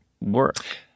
work